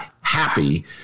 happy